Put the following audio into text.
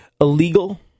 illegal